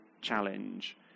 challenge